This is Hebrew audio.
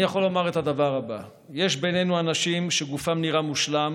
אני יכול לומר את הדבר הבא: יש בינינו אנשים שגופם נראה מושלם